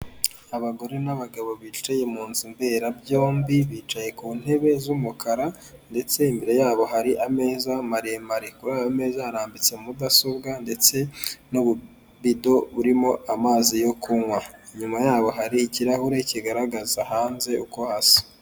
Abagore n'abagabo bicaye mu nzu mberarabyombi bicaye ku ntebe z'umukara ndetse imbere yabo hari ameza maremare kuri ayo meza harambitse mudasobwa ndetse n'ububido burimo amazi yo kunywa inyuma yabo hari ikirahure kigaragaza hanze uko hasa.